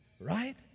Right